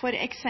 f.eks.